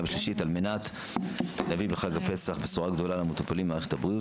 ושלישית על מנת להביא בחג הפסח בשורה גדולה למטופלים במערכת הבריאות